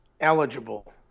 eligible